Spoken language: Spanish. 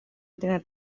entrenar